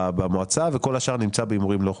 ובמועצה וכל השאר נמצא בהימורים לא חוקיים.